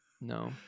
no